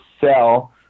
sell